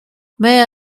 mayor